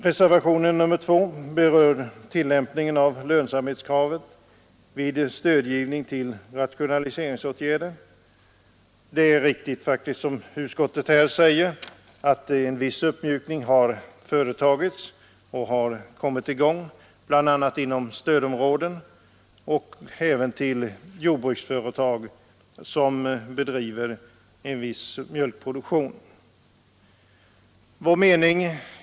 Reservationen 2 berör tillämpningen av lönsamhetskravet vid stödgivning till rationaliseringsåtgärder. Det är riktigt, som utskottet här säger, att en viss uppmjukning har företagits, bl.a. inom stödområdena och även till jordbruksföretag som bedriver mjölkproduktion.